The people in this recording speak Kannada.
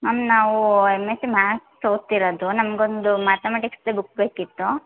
ಮ್ಯಾಮ್ ನಾವು ಎಮ್ ಎಸ್ಸಿ ಮ್ಯಾತ್ಸ್ ತಗೊತಿರೋದು ನಮಗೊಂದು ಮ್ಯಾತಮೆಟಿಕ್ಸ್ದು ಬುಕ್ ಬೇಕಿತ್ತು